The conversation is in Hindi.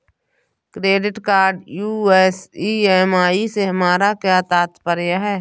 क्रेडिट कार्ड यू.एस ई.एम.आई से हमारा क्या तात्पर्य है?